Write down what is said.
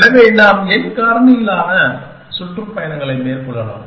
எனவே நாம் n காரணியாலான சுற்றுப்பயணங்களை மேற்கொள்ளலாம்